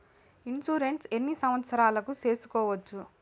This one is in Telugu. ఇన్సూరెన్సు ఎన్ని సంవత్సరాలకు సేసుకోవచ్చు?